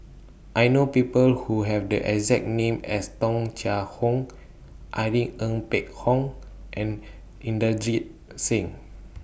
I know People Who Have The exact name as Tung Chye Hong Irene Ng Phek Hoong and Inderjit Singh